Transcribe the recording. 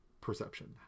perception